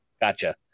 Gotcha